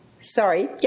sorry